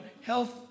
health